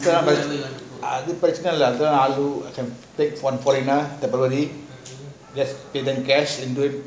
அதுலாம் பிரேசனா இல்ல அதுலாம் ஒரு ஆளு எடுக்கலாம் ஒரு:athulam preachana illa athulam oru aalu yeaduthukalam oru foreigner